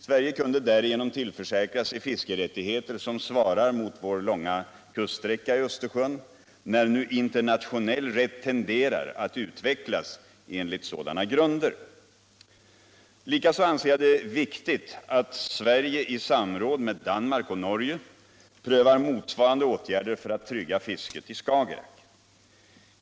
Sverige kunde därigenom tillförsäkra sig fiskerättigheter som svarar mot vårt lands långa kuststräcka i Östersjön, när nu internationell rätt tenderar att utvecklas enligt sådana grunder. Likaså anser jag det viktigt att Sverige i samråd med Danmark och Norge prövar motsvarande åtgärder för att trygga fisket i Skagerack.